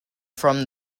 from